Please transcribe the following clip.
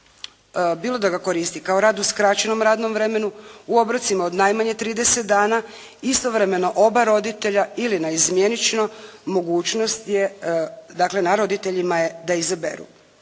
bilo da ga koristi kao rad u skraćenom radnom vremenu u obrocima od najmanje 30 dana, istovremeno oba roditelja ili naizmjenično mogućnost je, dakle na roditeljima je da izaberu.